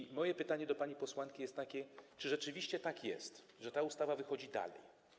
I moje pytanie do pani posłanki jest takie: Czy rzeczywiście tak jest, że ta ustawa wychodzi dalej?